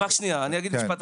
אני אגיד משפט אחרון.